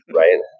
right